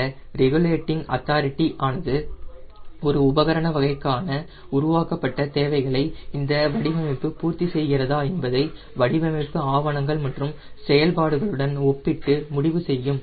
இந்த regulating authority ஆனது ஒரு உபகரண வகைக்காக உருவாக்கப்பட்ட தேவைகளை இந்த வடிவமைப்பு பூர்த்தி செய்கிறதா என்பதை வடிவமைப்பு ஆவணங்கள் மற்றும் செயல்பாடுகளுடன் ஒப்பிட்டு முடிவு செய்யும்